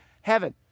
heaven